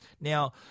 Now